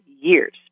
years